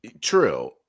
True